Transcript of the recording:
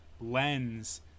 lens